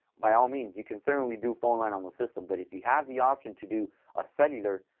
by all means, you can certainly do phone line on the system. but if you have the option to do a cellular,